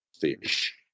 fish